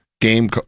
game